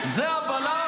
זה הבלם.